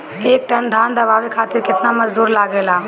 एक टन धान दवावे खातीर केतना मजदुर लागेला?